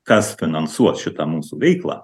kas finansuos šitą mūsų veiklą